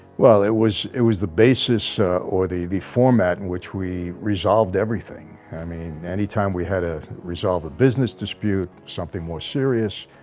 well, it was it was the basis or the the format in which we resolved everything i mean anytime we had a resolve a business dispute something more serious.